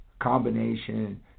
combination